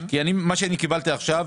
מה שאני קיבלתי עכשיו,